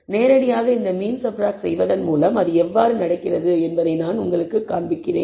நேரடியாக இந்த mean subtract செய்வதன் மூலம் அது எவ்வாறு நடக்கிறது என்பதை நான் உங்களுக்குக் காண்பிப்பேன்